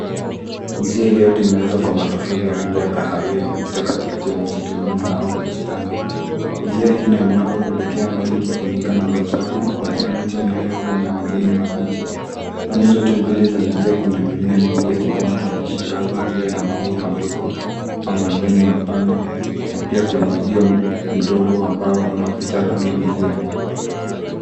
Njia iliyotengenezwa kwa matofali ya rangi ya kahawia imepita katikati ya msitu mnene au bustani. Njia hii inanyooka kuelekea mbali ikifunika na matawi na ya miti mirefu yenye majani mabichi. Pande zote mbili za njia kuna mimea mingi ya kijani kibichi baadhi ikiwa na maua madogo na majani mapana na pia kuna uzio mdogo wa mbao unaopita kando ya milia.